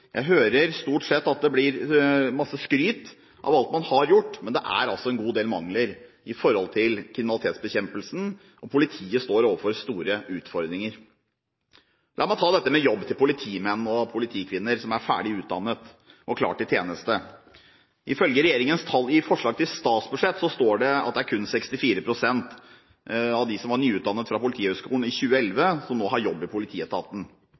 Jeg hører stort sett masse skryt om alt man har gjort, men det er altså en god del mangler når det gjelder kriminalitetsbekjempelse, og politiet står overfor store utfordringer. La meg ta dette med jobb til politimenn og politikvinner som er ferdig utdannet og klar til tjeneste. Ifølge regjeringens tall i forslaget til statsbudsjett er det kun 64 pst. av dem som var nyutdannet fra Politihøgskolen i 2011, som nå har jobb i politietaten.